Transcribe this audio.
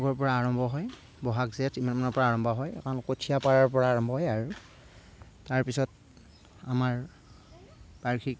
বহাগৰ পৰা আৰম্ভ হয় বহাগ জেঠ ইমান মানৰ পৰা আৰম্ভ হয় কাৰণ কঠিয়া পৰাৰ পৰা আৰম্ভ হয় আৰু তাৰপিছত আমাৰ বাৰ্ষিক